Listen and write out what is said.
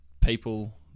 people